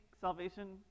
salvation